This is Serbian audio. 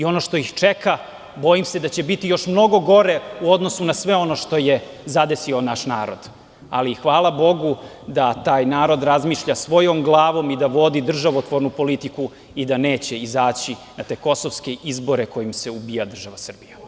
Ono što ih čeka bojim se da će biti još mnogo gore u odnosu na sve ono što je zadesio naš narod, ali hvala Bogu da taj narod razmišlja svojom glavom i da vodi državotvornu politiku i da neće izaći na te kosovske izbore kojima se ubija država Srbija.